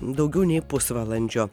daugiau nei pusvalandžio